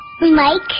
Mike